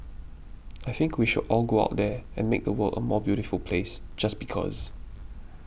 I think we should all go out there and make the world a more beautiful place just because